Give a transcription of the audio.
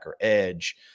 edge